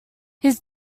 his